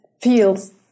feels